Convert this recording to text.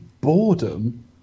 boredom